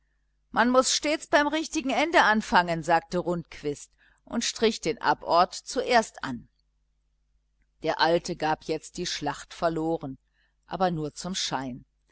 man muß stets beim richtigen ende anfangen sagte rundquist und strich den abort zuerst an der alte gab jetzt die schlacht verloren aber nur zum schein